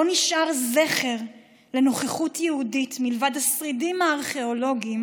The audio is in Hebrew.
לא נשאר זכר לנוכחות יהודית מלבד השרידים הארכיאולוגיים